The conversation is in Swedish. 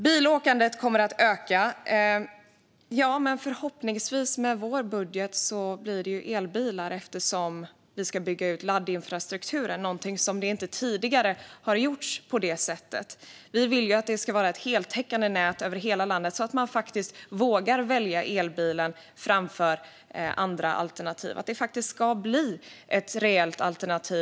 Bilåkandet kommer att öka. Men med vår budget blir det förhoppningsvis med elbilar eftersom vi ska bygga ut laddinfrastrukturen. Det har tidigare inte gjorts på det sättet. Vi vill att det ska vara ett heltäckande nät över hela landet, så att människor faktiskt vågar välja elbilen framför andra alternativ och att det ska bli ett reellt alternativ.